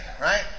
right